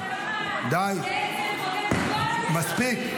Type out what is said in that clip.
די, מספיק.